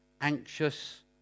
anxious